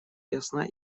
ясна